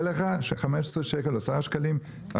לי שהשיחה תעלה לי כך וכך שקלים לדקה.